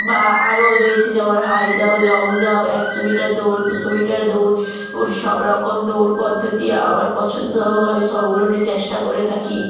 বা আরও রয়েছে যেমন হাই জাম্প লং জাম্প একশো মিটার দৌড় দুশো মিটার দৌড় সব রকম দৌড় পদ্ধতি আমার পছন্দ এবং আমি সবগুলোই চেষ্টা করে থাকি